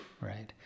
right